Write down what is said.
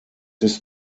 ist